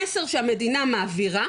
המסר שהמדינה מעבירה,